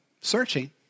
searching